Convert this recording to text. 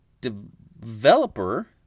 developer